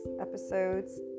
Episodes